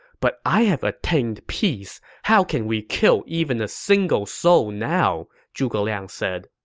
but i have attained peace how can we kill even a single soul now? zhuge liang said.